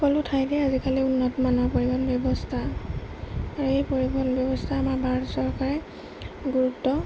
সকলো ঠাইতে আজিকালি উন্নত মানৰ পৰিৱহণ ব্যৱস্থা আৰু এই পৰিৱহণ ব্যৱস্থা আমাৰ ভাৰত চৰকাৰে গুৰুত্ব